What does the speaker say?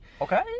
Okay